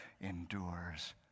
endures